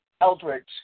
Eldridge